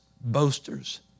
boasters